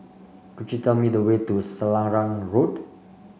could you tell me the way to Selarang Road